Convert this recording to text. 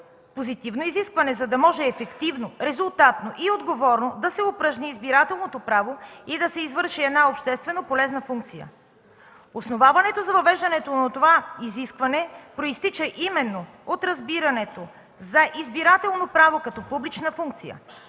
позитивно изискване, за да може ефективно, резултатно и отговорно да се упражни избирателното право и да се извърши една обществено-полезна функция. Основаването за въвеждането на това изискване произтича именно от разбирането за избирателно право като публична функция”.